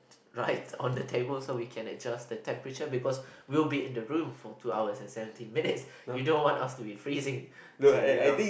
right on the table so we can adjust the temperature because we'll be in the room for two hours and seventeen minutes you don't want us to be freezing too you know